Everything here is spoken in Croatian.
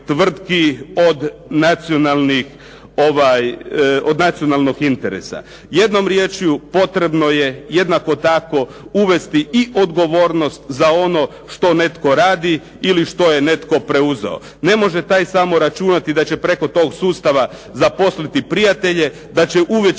od nacionalnog interesa. Jednom riječju, potrebno je jednako tako uvesti i odgovornost za ono što netko radi ili što je netko preuzeo. Ne može taj samo računati da će preko tog sustava zaposliti prijatelje, da će uvesti